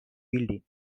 building